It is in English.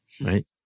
right